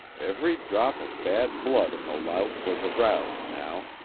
every drop of bad blood in the lout was aroused now,